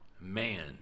man